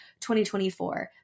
2024